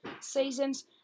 seasons